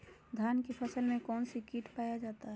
धान की फसल में कौन सी किट पाया जाता है?